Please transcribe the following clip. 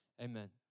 amen